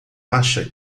acha